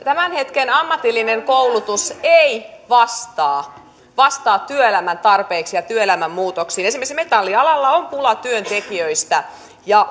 tämän hetken ammatillinen koulutus ei vastaa vastaa työelämän tarpeisiin ja työelämän muutoksiin esimerkiksi metallialalla on pula työntekijöistä ja